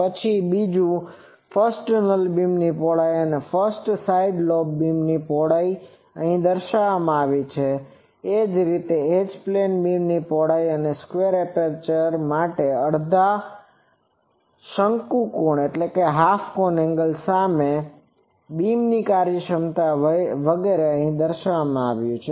પછી બીજું first null બીમની પહોળાઈ અને ફર્સ્ટ સાઈડ લોબ બીમની પહોળાઈ અહીં દર્શાવવામાં આવી છે એ જ રીતે H પ્લેન બીમની પહોળાઈ અને સ્ક્વેર એપર્ચર માટે અડધા શંકુ કોણ સામે બીમ કાર્યક્ષમતા વગેરે અહી દર્શાવવામાં આવ્યુ છે